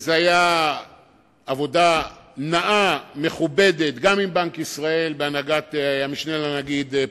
זאת היתה עבודה נאה ומכובדת גם עם בנק ישראל בהנהגת המשנה לנגיד,